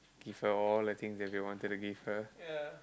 give her all the things you wanted to give her